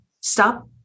stop